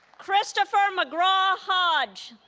christopher mcgraw hodge